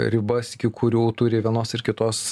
ribas iki kurių turi vienos ar kitos